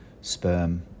sperm